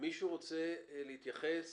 מישהו רוצה להתייחס?